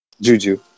Juju